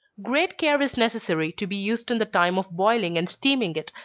great care is necessary to be used in the time of boiling and steaming it,